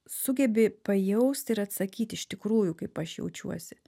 sugebi pajaust ir atsakyt iš tikrųjų kaip aš jaučiuosi